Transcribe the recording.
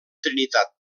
trinitat